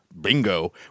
bingo